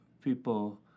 people